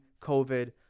COVID